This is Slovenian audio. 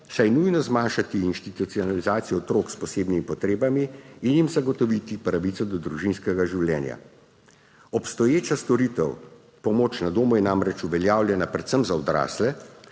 je nujno zmanjšati institucionalizacijo otrok s posebnimi potrebami in jim zagotoviti pravico do družinskega življenja. Obstoječa storitev pomoč na domu je namreč uveljavljena predvsem za odrasle,